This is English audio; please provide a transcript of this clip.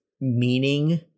meaning